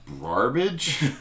garbage